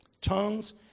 tongues